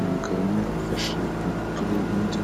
Umugabo umwe afashe mu rutugu, undi